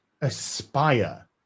aspire